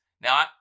Now